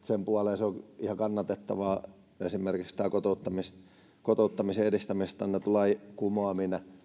sen puoleen on ihan kannatettava esimerkiksi tämä kotouttamisen edistämisestä annetun lain kumoaminen